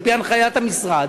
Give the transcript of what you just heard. על-פי הנחיית המשרד,